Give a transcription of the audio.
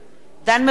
דן מרידור,